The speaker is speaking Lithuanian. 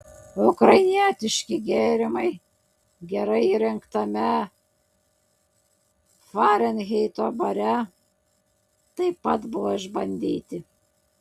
ukrainietiški gėrimai gerai įrengtame farenheito bare taip pat buvo išbandyti